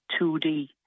2D